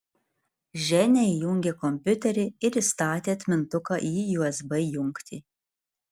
ženia įjungė kompiuterį ir įstatė atmintuką į usb jungtį